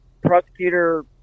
prosecutor